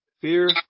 Fear